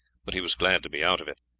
but he was glad to be out of it.